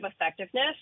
effectiveness